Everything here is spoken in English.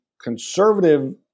conservative